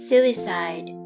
Suicide